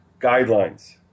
guidelines